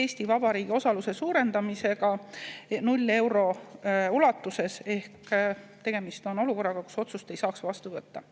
Eesti Vabariigi osaluse suurendamisega 0 euro ulatuses. Tegemist on olukorraga, kus otsust ei saaks vastu võtta.